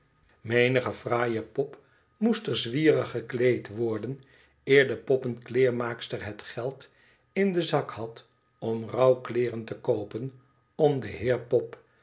menige fraaie pop moest er zwierig gekleed worden eer de poppenkleermaakster het geld in den zak had om rouwkleederen te koopen om den heer pop